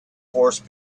horse